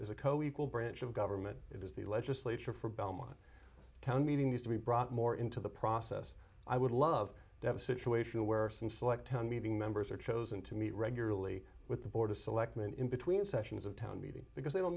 is a co equal branch of government it is the legislature for belmont town meetings to be brought more into the process i would love to have a situation where some select town meeting members are chosen to meet regularly with the board of selectmen in between sessions of town meeting because they don't